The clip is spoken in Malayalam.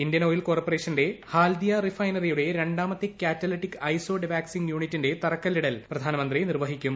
ഇന്ത്യൻ ഓയിൽ കോർപ്പറേഷന്റെ ഹാൽഡിയ റിഫൈനറിയുടെ രണ്ടാമത്തെ കാറ്റലിറ്റിക് ഐസോഡെവാക്സിംഗ് യൂണിറ്റിന്റെ തറക്കല്ലിടൽ പ്രധാനമന്ത്രി നിർവഹിക്കും